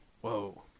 Whoa